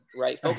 right